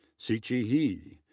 siqi he.